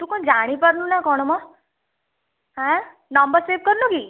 ତୁ କଣ ଜାଣିପାରୁନୁ ନାଁ କଣ ମ ହାଁ ନମ୍ବର ସେଭ୍ କରିନୁ କି